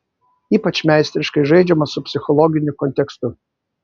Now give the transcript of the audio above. ypač meistriškai žaidžiama su psichologiniu kontekstu